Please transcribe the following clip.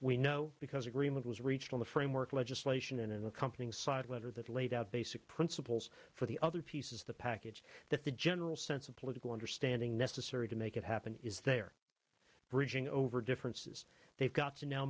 we know because agreement was reached in the framework legislation in an accompanying side letter that laid out basic principles for the other pieces the package just a general sense of political understanding necessary to make it happen is there bridging over differences they've got to now